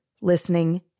listening